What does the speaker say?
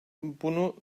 bunu